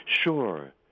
Sure